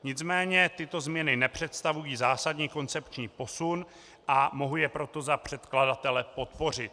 Nicméně tyto změny nepředstavují zásadní koncepční posun, a mohu je proto za předkladatele podpořit.